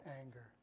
anger